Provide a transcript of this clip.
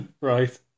Right